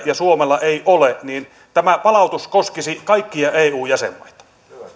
ja suomella ei ole niin että tämä palautus koskisi kaikkia eu jäsenmaita